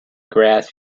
grass